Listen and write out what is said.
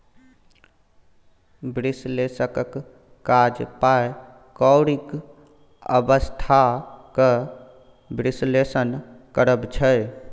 बिश्लेषकक काज पाइ कौरीक अबस्था केँ बिश्लेषण करब छै